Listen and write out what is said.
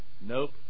Nope